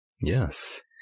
Yes